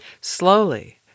Slowly